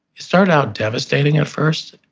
start out devastated at first,